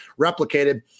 replicated